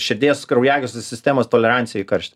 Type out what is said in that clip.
širdies kraujagyslių sistemos toleranciją į karštį